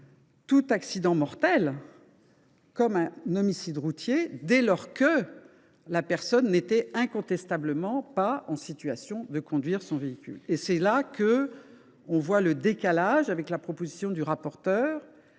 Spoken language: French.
tout accident mortel comme étant un homicide routier, dès lors que la personne n’était incontestablement pas en situation de conduire son véhicule. C’est là que réside l’écart avec la proposition de M. le rapporteur,